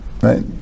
right